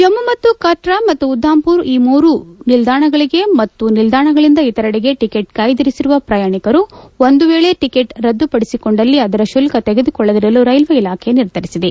ಜಮ್ಮು ಕತ್ತ್ ಮತ್ತು ಉದಮ್ಪುರ್ ಈ ಮೂರು ನಿಲ್ದಾಣಗಳಿಗೆ ಮತ್ತು ಈ ನಿಲ್ದಾಣಗಳಿಂದ ಇತರೆಡೆಗೆ ಟಿಕೆಟ್ ಕಾಯ್ದಿರಿಸಿರುವ ಪ್ರಯಾಣಿಕರು ಒಂದು ವೇಳೆ ಟಿಕೆಟ್ ರದ್ದುಪಡಿಸಿಕೊಂಡಲ್ಲಿ ಅದರ ಶುಲ್ಕ ತೆಗೆದುಕೊಳ್ಳದಿರಲು ರೈಲ್ಲೆ ಇಲಾಖೆ ನಿರ್ಧರಿಸಿದೆ